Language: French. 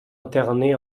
internés